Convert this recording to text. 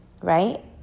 right